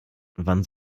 wann